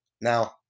Now